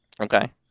Okay